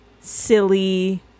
silly